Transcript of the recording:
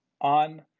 on